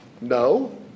No